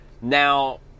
Now